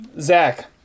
Zach